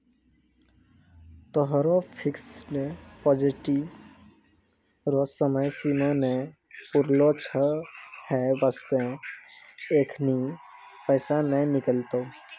तोहरो fixed deposit रो समय सीमा नै पुरलो छौं है बास्ते एखनी पैसा नै निकलतौं